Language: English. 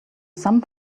some